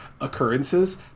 occurrences